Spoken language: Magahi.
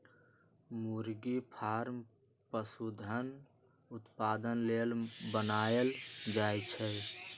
मुरगि फारम पशुधन उत्पादन लेल बनाएल जाय छै